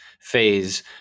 phase